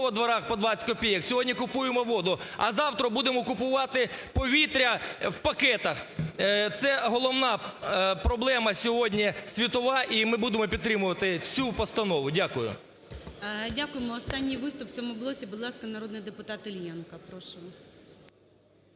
у дворах по 20 копійок, сьогодні купуємо воду, а завтра будемо купувати повітря в пакетах. Це головна проблема сьогодні світова і ми будемо підтримувати цю постанову. Дякую. ГОЛОВУЮЧИЙ. Дякуємо. Останній виступ в цьому блоці. Будь ласка, народний депутат Іллєнко, прошу вас.